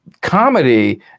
Comedy